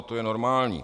To je normální.